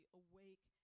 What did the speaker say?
awake